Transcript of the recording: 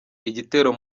igitero